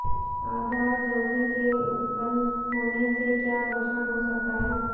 आधार जोखिम के उत्तपन होने से क्या नुकसान हो सकता है?